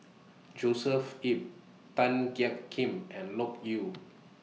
Joshua Ip Tan Jiak Kim and Loke Yew